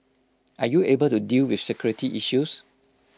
are you able to deal with security issues